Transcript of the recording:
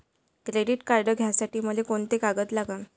Credit card घ्यासाठी मले कोंते कागद लागन?